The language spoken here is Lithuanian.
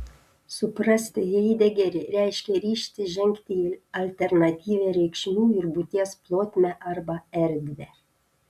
suprasti haidegerį reiškia ryžtis žengti į alternatyvią reikšmių ir būties plotmę arba erdvę